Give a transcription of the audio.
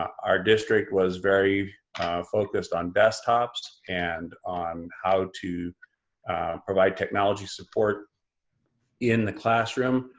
our district was very focused on desktops and on how to provide technology support in the classroom.